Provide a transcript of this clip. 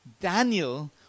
Daniel